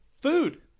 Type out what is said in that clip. food